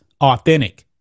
authentic